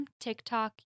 TikTok